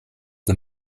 the